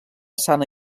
sana